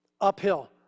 uphill